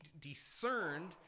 discerned